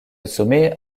sommet